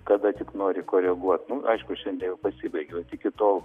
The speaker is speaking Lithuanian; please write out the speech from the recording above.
kada tik nori koreguot nu aišku šiandien jau pasibaigė bet iki tol